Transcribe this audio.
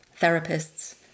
therapists